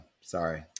Sorry